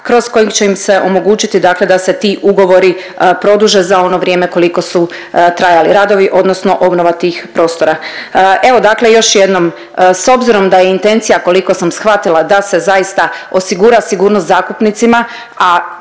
kroz kojeg će im se omogućiti dakle da se ti ugovori produže za ono vrijeme koliko su trajali radovi odnosno obnova tih prostora. Evo dakle još jednom, s obzirom da je intencija koliko sam shvatila, da se zaista osigura sigurnost zakupnicima, a